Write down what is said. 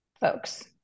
folks